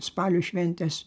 spalio šventės